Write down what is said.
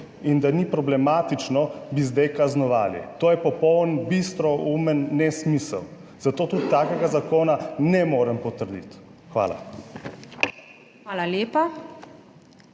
in da ni problematično, bi zdaj kaznovali. To je popoln bistroumen nesmisel, zato tudi takega zakona ne morem potrditi. Hvala.